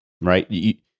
right